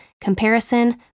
comparison